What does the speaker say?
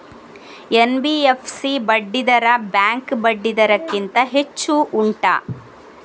NBFC ಬಡ್ಡಿ ದರ bank ಬಡ್ಡಿ ದರ ಗಿಂತ ಹೆಚ್ಚು ಉಂಟಾ